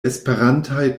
esperantaj